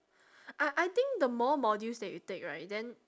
I I think the more modules that you take right then